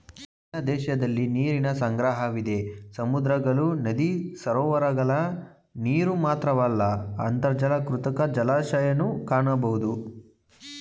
ಎಲ್ಲ ದೇಶದಲಿ ನೀರಿನ ಸಂಗ್ರಹವಿದೆ ಸಮುದ್ರಗಳು ನದಿ ಸರೋವರಗಳ ನೀರುಮಾತ್ರವಲ್ಲ ಅಂತರ್ಜಲ ಕೃತಕ ಜಲಾಶಯನೂ ಕಾಣಬೋದು